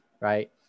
right